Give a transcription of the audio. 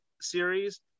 series